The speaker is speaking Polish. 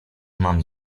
mam